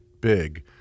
big